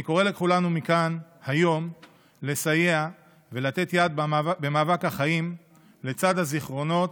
אני קורא לכולנו מכאן היום לסייע ולתת יד במאבק החיים לצד הזיכרונות,